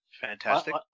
Fantastic